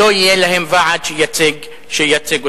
שלא יהיה להם ועד שייצג אותם.